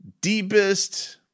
deepest